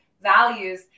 values